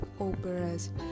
operas